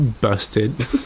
busted